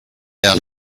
out